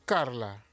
Carla